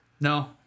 No